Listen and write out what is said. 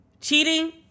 Cheating